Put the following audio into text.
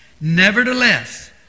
Nevertheless